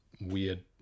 weird